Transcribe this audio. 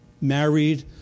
married